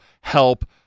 help